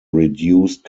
reduced